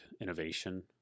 innovation